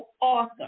author